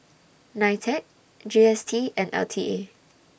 NITEC G S T and L T A